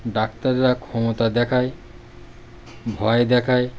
ডাক্তারেরা ক্ষমতা দেখায় ভয় দেখায়